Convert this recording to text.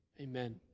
Amen